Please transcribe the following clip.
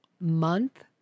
month